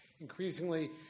Increasingly